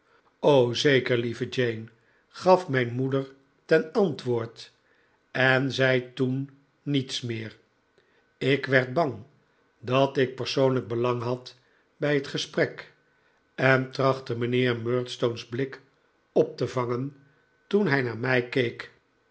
zeker lieve jane gaf mijn moeder ten antwoord en zei toen niets meer ik werd bang dat ik persoonlijk belang had bij het gesprek en trachtte mijnheer murdstone's blik op te vangen toen hij naar mij keek